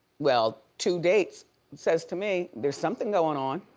well two dates says to me, there's something going on.